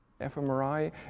fMRI